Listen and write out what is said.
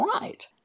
right